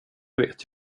vet